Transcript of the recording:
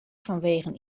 fanwegen